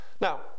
Now